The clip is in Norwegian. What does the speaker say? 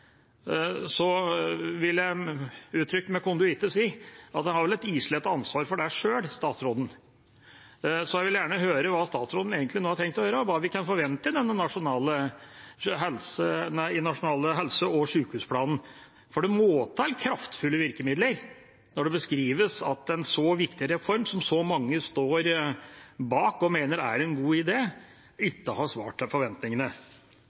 vil jeg, uttrykt med konduite, si at statsråden har vel et islett av ansvar for det sjøl. Jeg vil gjerne høre hva statsråden nå egentlig har tenkt å gjøre, hva vi kan forvente i den nasjonale helse- og sykehusplanen. For det må til kraftfulle virkemidler når det beskrives at en så viktig reform, som så mange står bak og mener er en god idé, ikke har svart til forventningene.